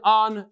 on